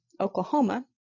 Oklahoma